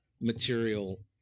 material